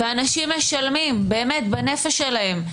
ואנשים משלמים, באמת, בנפש שלהם.